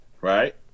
Right